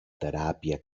teràpia